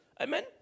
Amen